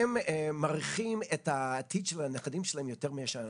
הן מעריכות את העתיד של הנכדים שלהם יותר מאשר אנחנו.